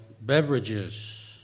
beverages